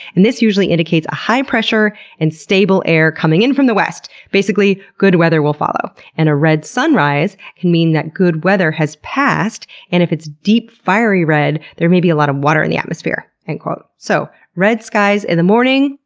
and this usually indicates a high pressure and stable air coming in from the west. basically, good weather will follow. and a red sunrise can mean that good weather has passed. passed. and if it's deep fiery red there may be a lot of water in the atmosphere. so, red skies in the morning,